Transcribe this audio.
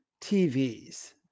TVs